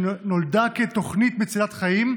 שנולדה כתוכנית מצילת חיים,